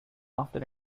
after